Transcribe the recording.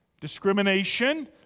Discrimination